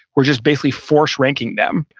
we're just basically force ranking them.